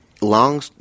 Long